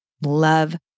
love